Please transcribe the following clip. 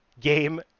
game